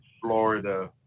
Florida